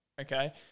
Okay